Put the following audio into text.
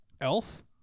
elf